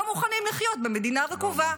לא מוכנים לחיות במדינה רקובה.